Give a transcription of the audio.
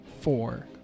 four